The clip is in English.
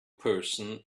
person